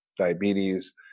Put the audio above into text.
diabetes